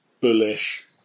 bullish